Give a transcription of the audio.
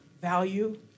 value